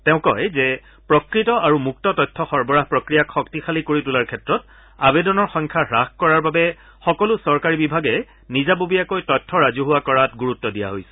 তেওঁ কয় যে প্ৰকৃত আৰু মুক্ত তথ্য সৰবৰাহ প্ৰক্ৰিয়াক শক্তিশালী কৰি তোলাৰ ক্ষেত্ৰত আৱেদনৰ সংখ্যা হ্যাস কৰাৰ বাবে সকলো চৰকাৰী বিভাগে নিজাববীয়াকৈ তথ্য ৰাজহুৱা কৰাত গুৰুত্ব দিয়া হৈছে